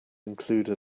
include